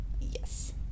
Yes